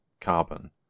carbon